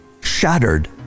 shattered